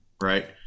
right